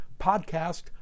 podcast